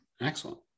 Excellent